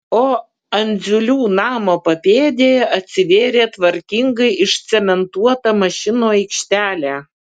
o andziulių namo papėdėje atsivėrė tvarkingai išcementuota mašinų aikštelė